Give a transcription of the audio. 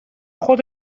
خود